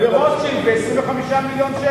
הנה אני רואה, ברוטשילד מכרו חמש דירות